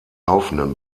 laufenden